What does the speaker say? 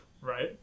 Right